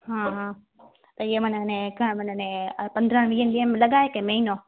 हा हा त इहे मना नै मना नै पंद्रहं वीह ॾींहं लॻाए के महीनो